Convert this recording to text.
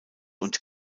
und